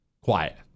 Quiet